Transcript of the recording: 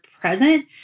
present